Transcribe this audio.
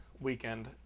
weekend